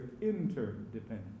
interdependent